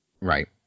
Right